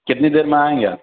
کتنی دیر میں آئیں گے آپ